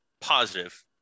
positive